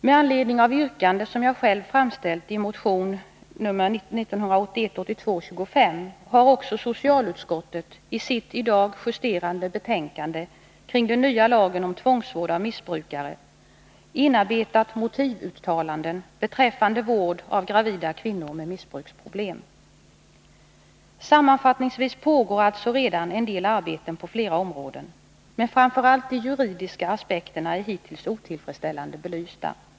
Med anledning av yrkande som jag själv framställt i motion nr 1981/82:25 har också socialutskottet i sitt i dag justerade betänkande om den nya lagen om tvångsvård av missbrukare inarbetat motivuttalanden beträffande vård av gravida kvinnor med missbruksproblem. Sammanfattningsvis: Det pågår alltså redan en del arbeten på flera områden, men framför allt de juridiska aspekterna är hittills otillfredsställande belysta.